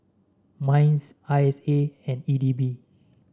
Minds I S A and E D B